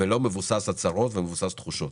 לא מבוסס הצהרות ומבוסס תחושות.